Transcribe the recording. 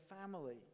family